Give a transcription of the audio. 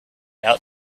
out